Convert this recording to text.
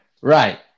right